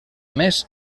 més